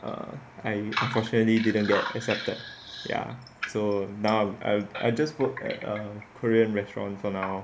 err I unfortunately didn't get accepted ya so now I um just work at a korean restaurant for now